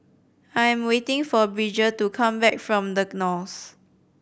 I am waiting for Bridger to come back from The Knolls